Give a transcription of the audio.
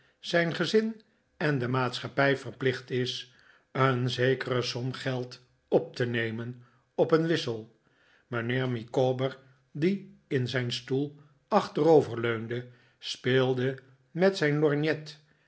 zijn gezin en de maatschappij verplicht is een zekere som geld op te nemen op een wissel mijnheer micawber die in zijn stoel achterover leunde speelde met zijn lorgnet